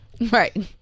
Right